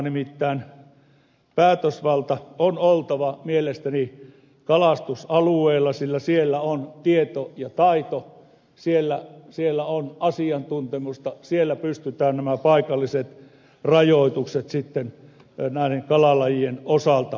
nimittäin päätösvallan on oltava mielestäni kalastusalueella sillä siellä on tieto ja taito siellä on asiantuntemusta siellä pystytään nämä paikalliset rajoitukset sitten näiden kalalajien osalta tekemään